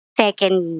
second